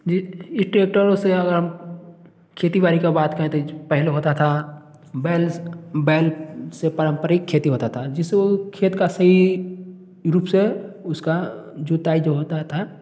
इस ट्रेक्टर से अगर हम खेती बाड़ी का बात करें तो पहले होता था बैल बैल से पारम्परिक खेती होता था जिससे खेत का सही रूप से उसका जुताई जो होता था